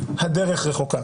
הדרך רחוקה.